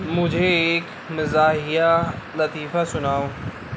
مجھے ایک مزاحیہ لطیفہ سُناؤ